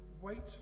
wait